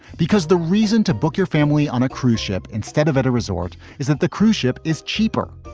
because the reason to book your family on a cruise ship instead of at a resort is that the cruise ship is cheaper.